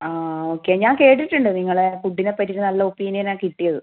ആ ഓക്കെ ഞാൻ കേട്ടിട്ടുണ്ട് നിങ്ങളെ ഫുഡിനെ പറ്റിയിട്ട് നല്ല ഒപ്പീനിയനാണ് കിട്ടിയത്